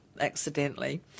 Accidentally